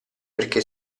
perché